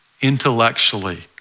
intellectually